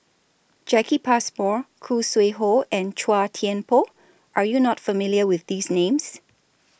Jacki Passmore Khoo Sui Hoe and Chua Thian Poh Are YOU not familiar with These Names